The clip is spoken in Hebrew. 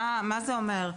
מה זה אומר?